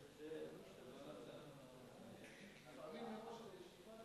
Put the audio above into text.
מזכירת הכנסת ירדנה מלר-הורוביץ: 4 נאומים בני דקה 4